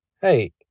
hey